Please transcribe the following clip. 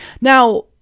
Now